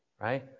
Right